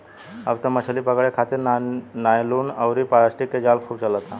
अब त मछली पकड़े खारित नायलुन अउरी प्लास्टिक के जाल खूब चलता